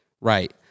right